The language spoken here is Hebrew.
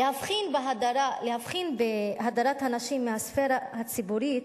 להבחין בהדרת הנשים מהסְפירה הציבורית,